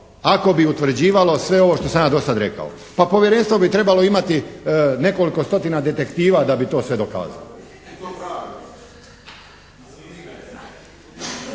ako bi utvrđivalo sve ovo što sam ja do sada rekao. Pa povjerenstvo bi trebalo imati nekoliko stotina detektiva da bi sve to dokazalo.